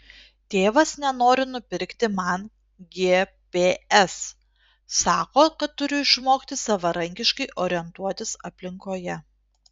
tėvas nenori nupirkti man gps sako kad turiu išmokti savarankiškai orientuotis aplinkoje